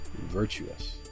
virtuous